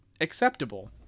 acceptable